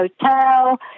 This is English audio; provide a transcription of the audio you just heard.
hotel